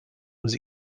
was